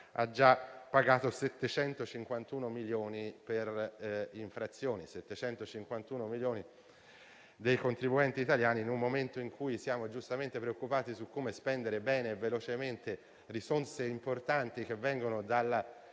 ha già pagato 751 milioni di euro per infrazioni; 751 milioni dei contribuenti italiani in un momento in cui siamo giustamente preoccupati di come spendere bene e velocemente risorse importanti, che vengono dalla